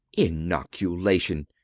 inoculation!